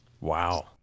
Wow